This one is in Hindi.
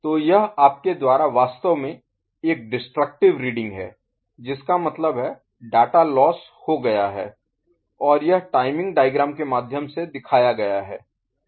तो यह आपके द्वारा वास्तव में एक डिस्ट्रक्टिव Destructive विनाशकारी रीडिंग है जिसका मतलब है डाटा लोस्स Loss खो हो गया है और यह टाइमिंग डायग्राम के माध्यम से दिखाया गया है